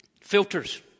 Filters